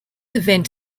event